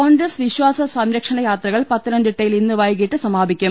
കോൺഗ്രസ് വിശ്വാസ സംരക്ഷണ യാത്രകൾ പത്തനംതിട്ട യിൽ ഇന്ന് വൈകീട്ട് സമാപിക്കും